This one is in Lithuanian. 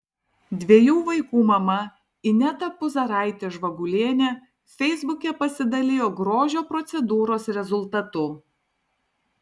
dviejų vaikų mama ineta puzaraitė žvagulienė feisbuke pasidalijo grožio procedūros rezultatu